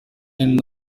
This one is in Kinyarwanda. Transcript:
hamwe